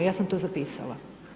Ja sam to zapisala.